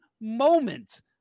moment